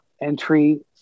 entry